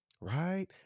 right